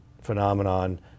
phenomenon